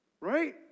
right